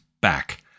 back